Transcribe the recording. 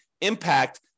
impact